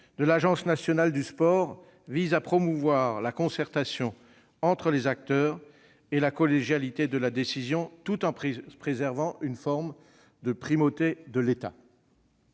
de l'Agence nationale du sport vise à promouvoir la concertation entre les acteurs et la collégialité de la décision, tout en préservant une forme de primauté de l'État.